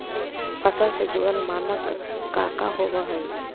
फसल से जुड़ल मानक का का होव हइ?